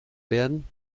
werden